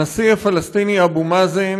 הנשיא הפלסטיני אבו מאזן